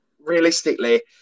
realistically